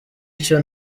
icyo